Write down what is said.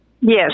yes